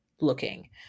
looking